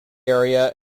area